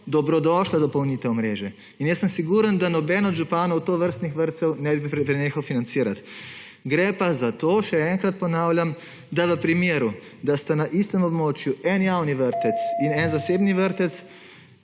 dobrodošla dopolnitev mreže. Siguren sem, da nobeden od županov tovrstnih vrtcev ne bi prenehal financirati. Gre pa za to, še enkrat ponavljam, da v primeru, da sta na istem območju en javni vrtec in en zasebni vrtec